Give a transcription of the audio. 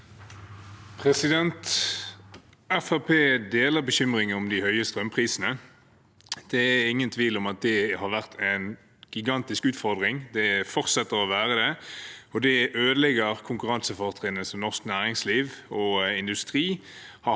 deler bekymringen for de høye strømprisene. Det er ingen tvil om at det har vært en gigantisk utfordring. Det fortsetter å være det, og det ødelegger konkurransefortrinnet norsk næringsliv og industri har hatt i 100 år.